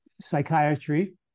psychiatry